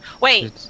Wait